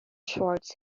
schwartz